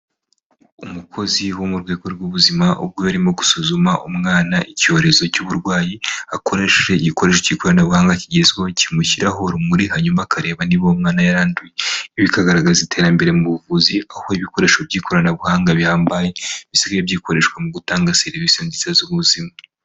Umukozi wo mu rwego rw'ubuzima ubwo arimo gusuzuma umwana icyorezo cy'uburwayi akoresheje igikoresho cy'ikoranabuhanga kigezweho kimushyiraho urumuri hanyuma akareba niba umwana yaranduye, ibi bikagaragaza iterambere mu buvuzi aho ibikoresho by'ikoranabuhanga bihambaye bisigaye byikoreshwa mu gutanga serivisi nziza z'ubuzima.